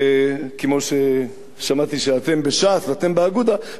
כמו ששמעתי שאתם בש"ס ואתם באגודה,